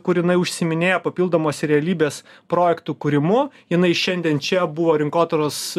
kur jinai užsiiminėja papildomos realybės projektų kūrimu jinai šiandien čia buvo rinkodaros